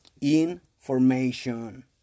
information